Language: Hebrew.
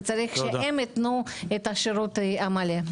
וצריך שהם יתנו את השירות המלא.